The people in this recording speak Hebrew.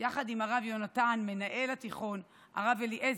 יחד עם הרב יהונתן, מנהל התיכון, הרב אליעזר,